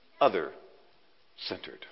other-centered